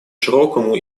широкому